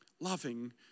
loving